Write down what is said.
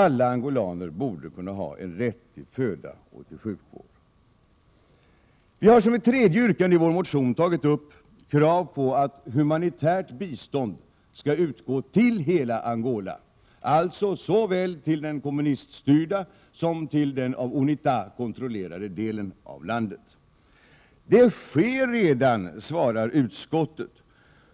Alla angolaner borde ha rätt till föda och sjukvård. Vi har som tredje yrkande i vår motion framfört krav på att humanitärt bistånd skall utgå till hela Angola, alltså såväl till den kommuniststyrda som till den av UNITA kontrollerade delen av landet. Det sker redan, svarar utskottet.